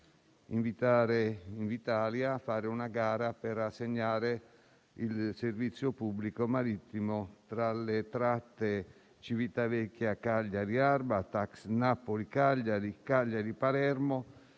invitare Invitalia a fare una gara per assegnare il servizio pubblico marittimo tra le tratte Civitavecchia-Cagliari-Arbatax, Napoli-Cagliari, Cagliari-Palermo,